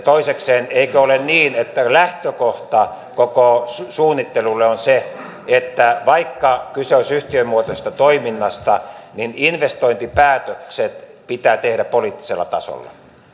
toisekseen eikö ole niin että lähtökohta koko suunnittelulle on se että vaikka kyse olisi yhtiömuotoisesta toiminnasta niin investointipäätökset pitää tehdä poliittisella tasolla